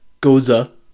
Goza